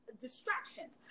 distractions